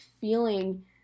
feeling